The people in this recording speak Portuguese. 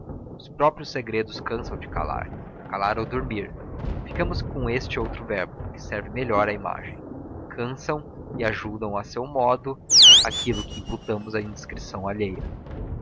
os próprios segredos cansam de calar calar ou dormir fiquemos com este outro verbo que serve melhor à imagem cansam e ajudam a seu modo aquilo que imputamos à indiscrição alheia